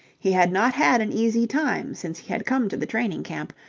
he had not had an easy time since he had come to the training camp,